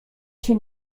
się